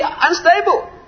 unstable